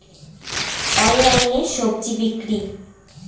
অনলাইনে স্বজি বিক্রি?